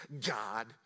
God